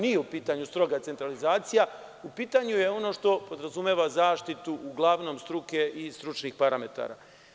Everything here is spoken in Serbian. Nije u pitanju stroga centralizacija, u pitanju je ono što podrazumeva zaštitu uglavnom struke i stručnim parametara.